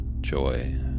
joy